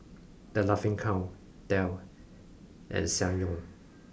the Laughing Cow Dell and Ssangyong